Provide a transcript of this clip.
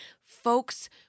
folks